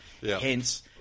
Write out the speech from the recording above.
Hence